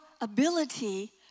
ability